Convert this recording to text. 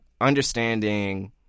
understanding